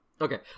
Okay